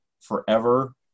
forever